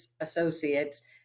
associates